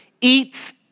eats